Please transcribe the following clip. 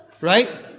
right